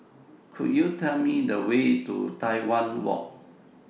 Could YOU Tell Me The Way to Tai Hwan Walk